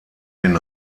den